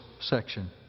section